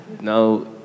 Now